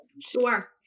Sure